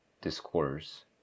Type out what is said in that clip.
discourse